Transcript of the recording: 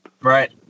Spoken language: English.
Right